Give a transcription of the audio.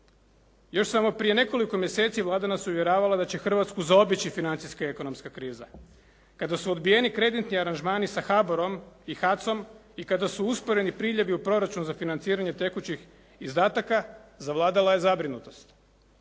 Još samo prije nekoliko mjeseci Vlada nas je uvjeravala da će Hrvatsku zaobići financijska ekonomska kriza. Kada su odbijeni kreditni aranžmani sa HBOR-om i HAC-om i kada su usporeni priljevi u proračun za financiranje tekućih izdataka, zavladala je zabrinutost.